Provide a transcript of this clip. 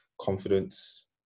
confidence